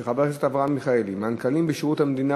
של חבר הכנסת אברהם מיכאלי: מנכ"לים בשירות המדינה